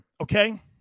okay